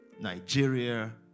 Nigeria